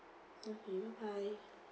okay bye bye